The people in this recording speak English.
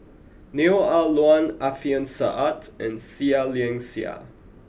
Neo Ah Luan Alfian Sa'at and Seah Liang Seah